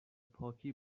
پاکی